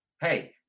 hey